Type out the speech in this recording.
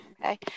Okay